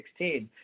2016